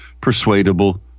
persuadable